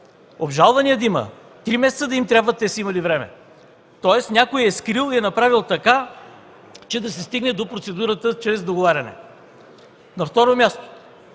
обжалвания да има, три месеца да им трябват, те са имали време. Тоест някой е скрил и е направил така, че да се стигне до процедурата чрез договаряне. На второ място,